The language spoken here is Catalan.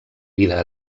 vida